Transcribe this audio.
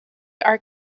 are